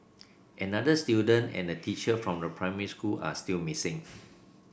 another student and a teacher from primary school are still missing